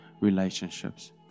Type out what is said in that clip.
relationships